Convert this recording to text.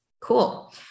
cool